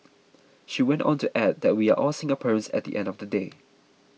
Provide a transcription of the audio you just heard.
she went on to add that we are all Singaporeans at the end of the day